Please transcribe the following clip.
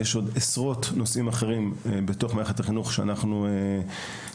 אלא בעוד עשרות נושאים בתוך מערכת החינוך שבהם אנחנו עוסקים,